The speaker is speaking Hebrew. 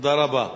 תודה רבה.